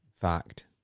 Fact